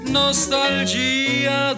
nostalgia